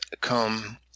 come